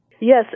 Yes